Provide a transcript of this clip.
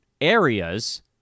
areas